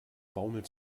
baumeln